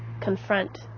confront